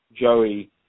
Joey